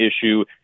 issue